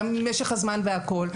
משך הזמן והכול.